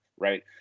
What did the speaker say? right